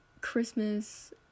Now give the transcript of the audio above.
Christmas